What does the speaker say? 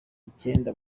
icyenda